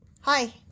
hi